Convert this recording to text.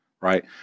right